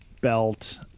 belt